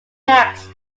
manx